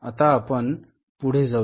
तर आता आपण पुढे जाऊ